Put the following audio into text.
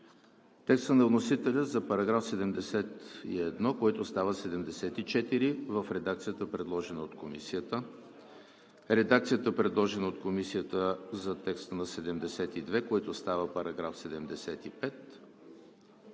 текста на вносителя за § 71, който става § 74 в редакцията, предложена от Комисията; редакцията, предложена от Комисията за текста на §72, който става § 75;